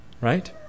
right